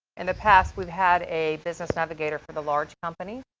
and the past, we've had a business navigator for the large companies.